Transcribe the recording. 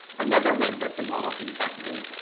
another member of the marvin family,